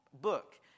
book